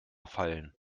fallen